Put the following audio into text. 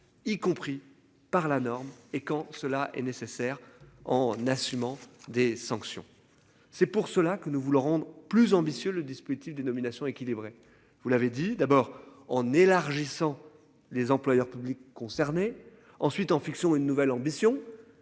y compris par la norme et quand cela est nécessaire en assumant des sanctions. C'est pour cela que nous voulons rendre plus ambitieux. Le dispositif de nominations équilibrées, vous l'avez dit d'abord en élargissant les employeurs publics concernés ensuite en fixant une nouvelle ambition